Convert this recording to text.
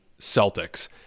Celtics